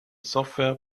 software